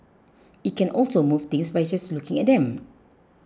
it can also move things by just looking at them